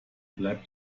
bleibt